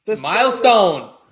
Milestone